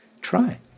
try